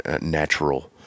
natural